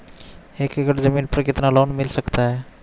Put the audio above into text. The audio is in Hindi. एक एकड़ जमीन पर कितना लोन मिल सकता है?